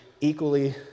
equally